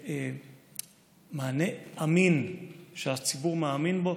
מענה אמין שהציבור מאמין בו,